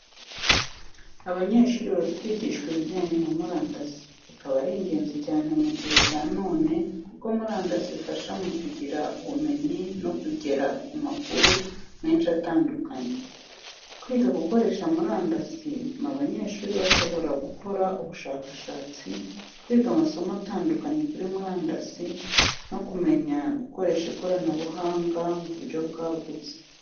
Abanyeshuri bari kwigishwa ibijyanye na murandasi, bikaba ari ingenzi cyane mu gihe cya none kuko murandasi ifasha mu kugira ubumenyi no kugera ku makuru menshi atandukanye. Kwiga gukoresha murandasi bituma abanyeshuri bashobora gukora ubushakashatsi, kwiga amasomo atandukanye kuri murandasii, no kumenya gukoresha ikoranabuhanga mu buryo bwagutse.